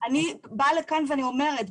אני אומרת,